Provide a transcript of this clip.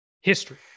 History